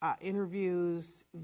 Interviews